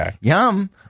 Yum